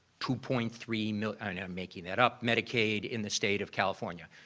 two point three million and i'm making that up, medicaid in the state of california,